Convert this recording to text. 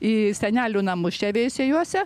į senelių namus čia veisiejuose